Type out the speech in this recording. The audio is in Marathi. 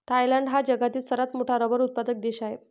थायलंड हा जगातील सर्वात मोठा रबर उत्पादक देश आहे